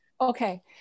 Okay